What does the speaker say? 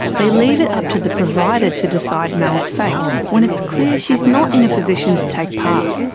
they leave it up to the provider to decide mel's fate, when it's clear she's not in a position to take part.